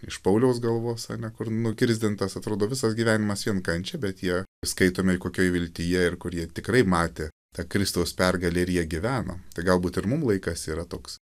iš pauliaus galvos ane kur nukirsdintas atrodo visas gyvenimas vien kančia bet jie skaitomi kokioj viltyje ir kur jie tikrai matė tą kristaus pergalę ir jie gyveno tai galbūt ir mum laikas yra toks